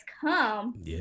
come